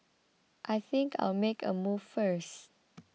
I think I'll make a move first